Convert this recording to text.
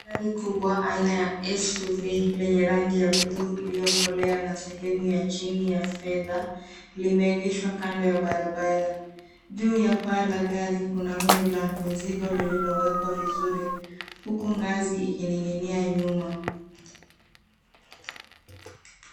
Gari kubwa aina ya SUV yenye rangi ya buluu iliyokolea na sehemu ya chini ya fedha limeegeshwa kando ya barabara. Juu ya paa la gari kuna rundo la mizigo lililowekwa vizuri huku ngazi ikininginia nyuma.